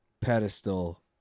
pedestal